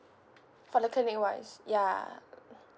for the clinic wise ya